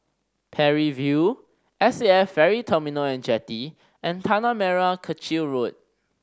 Parry View S A F Ferry Terminal And Jetty and Tanah Merah Kechil Road